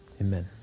amen